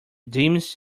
deems